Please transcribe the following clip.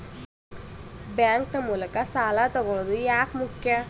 Bank ನ ಮೂಲಕ ಸಾಲ ತಗೊಳ್ಳೋದು ಯಾಕ ಮುಖ್ಯ?